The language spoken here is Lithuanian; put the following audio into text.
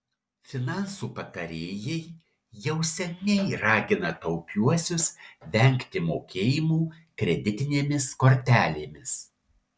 finansų patarėjai jau seniai ragina taupiuosius vengti mokėjimų kreditinėmis kortelėmis